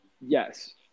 Yes